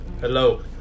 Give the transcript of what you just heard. hello